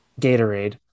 gatorade